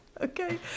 okay